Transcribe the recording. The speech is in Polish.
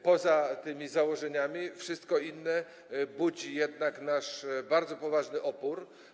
Poza tymi założeniami wszystko inne budzi jednak nasz bardzo poważny opór.